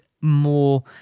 more